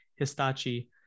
Histachi